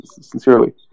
Sincerely